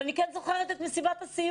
אבל אני כן זוכרת את מסיבת הסיום,